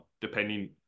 depending